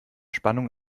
spannung